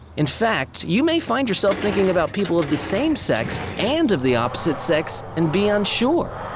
in fact, you may find yourself thinking about people of the same sex and of the opposite sex and be unsure.